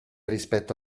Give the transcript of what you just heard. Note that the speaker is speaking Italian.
rispetto